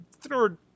third